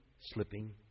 slipping